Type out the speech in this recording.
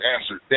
answered